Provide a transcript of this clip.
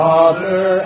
Father